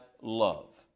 love